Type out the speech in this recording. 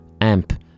amp